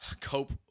cope